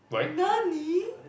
nani